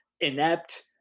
inept